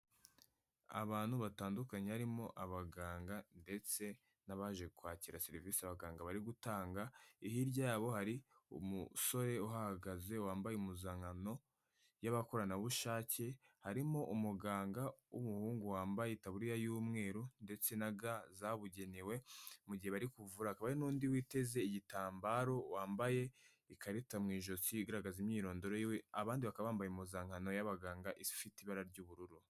Abantu batandukanye harimo abaganga ndetse n'abaje kwakira serivisi abaganga bari gutanga, hirya yabo hari umusore uhahagaze wambaye impuzankano y'abakoranabushake, harimo umuganga w'umuhungu wambaye itaburiya y'umweru ndetse na ga zabugenewe, mu gihe bari kuvura, hakaba hari n'undi witeze igitambaro, wambaye ikarita mu ijosi igaragaza imyirondoro ye, abandi bakaba bambaye impuzankano y'abaganga ifite ibara ry'ubururu.